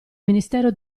ministero